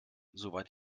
soweit